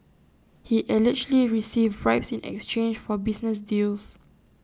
he allegedly received bribes in exchange for business deals